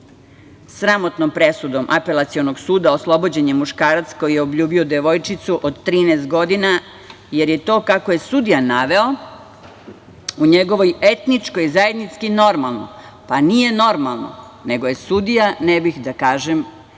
Sramotnom presudom Apelacionog suda oslobođen je muškarac koji je obljubio devojčicu od 13 godina, jer je to, kako je sudija naveo, u njegovoj etničkoj zajednici normalno. Nije normalno, nego je sudija, ne bih da kažem kakvo